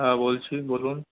হ্যাঁ বলছি বলুন